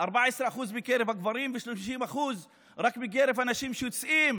14% מקרב הגברים ו-30% רק מקרב הנשים שיוצאות